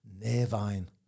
Nervine